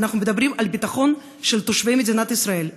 אנחנו מדברים על הביטחון של תושבי מדינת ישראל,